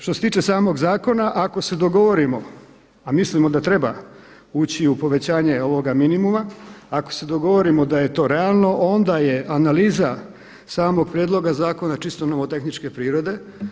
Što se tiče samog zakona, ako se dogovorimo, a mislimo da treba ući u povećanje ovoga minimuma, ako se dogovorimo da je to realno onda je analiza samog prijedloga zakona čisto nomotehničke prirode.